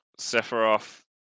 Sephiroth